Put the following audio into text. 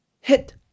hit